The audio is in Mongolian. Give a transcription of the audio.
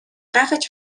гайхаж